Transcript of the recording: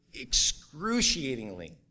excruciatingly